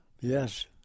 Yes